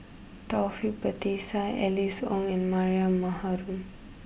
Taufik Batisah Alice Ong and Mariam